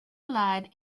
light